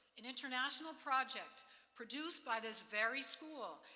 an international project produced by this very school,